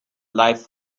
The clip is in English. life